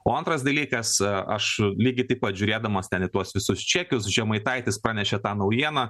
o antras dalykas aš lygiai taip pat žiūrėdamas ten į tuos visus čekius žemaitaitis pranešė tą naujieną